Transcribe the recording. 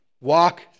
Walk